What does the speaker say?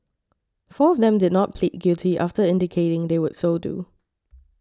four of them did not plead guilty after indicating they would so do